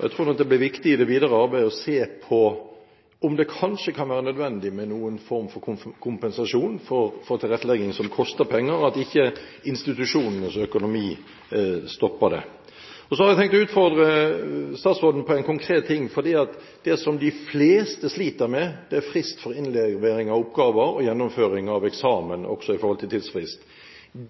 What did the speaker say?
Jeg tror nok det blir viktig i det videre arbeidet å se på om det kanskje kan være nødvendig med noen form for kompensasjon for tilrettelegging som koster penger – at ikke institusjonenes økonomi stopper det. Så har jeg tenkt å utfordre statsråden på en konkret ting, for det som de fleste sliter med, er frist for innlevering av oppgaver og gjennomføring av eksamen, også med hensyn til tidsfrist.